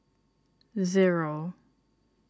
zero